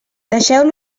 deixeu